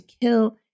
kill